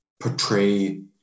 portray